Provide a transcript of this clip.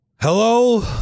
Hello